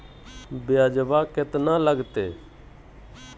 ब्यजवा केतना लगते?